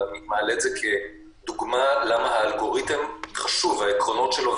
אבל אני מעלה את זה כדוגמה למה האלגוריתם חשוב וכן העקרונות שלו.